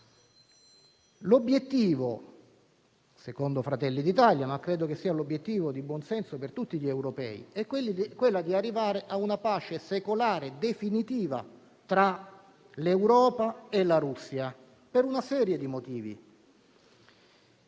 L'obiettivo, secondo Fratelli d'Italia - ma credo sia obiettivo condiviso da tutti gli europei - è arrivare a una pace definitiva tra l'Europa e la Russia per una serie di motivi.